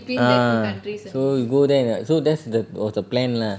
ah so you go there and uh so that's the was the plan lah